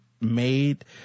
made